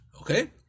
Okay